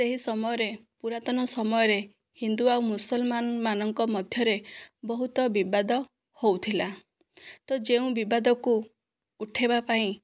ସେହି ସମୟରେ ପୁରାତନ ସମୟରେ ହିନ୍ଦୁ ଆଉ ମୁସଲମାନମାନଙ୍କ ମଧ୍ୟରେ ବହୁତ ବିବାଦ ହେଉଥିଲା ତ ଯେଉଁ ବିବାଦକୁ ଉଠାଇବା ପାଇଁ